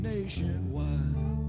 Nationwide